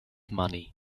money